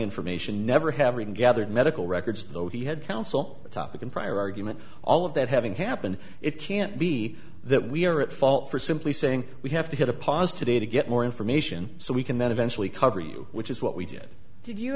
information never having gathered medical records though he had counsel topic in prior argument all of that having happened it can't be that we are at fault for simply saying we have to get a pause today to get more information so we can then eventually cover you which is what we did did you